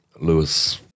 Lewis